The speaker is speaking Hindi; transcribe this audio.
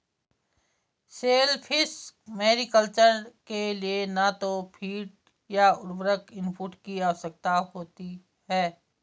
शेलफिश मैरीकल्चर के लिए न तो फ़ीड या उर्वरक इनपुट की आवश्यकता होती है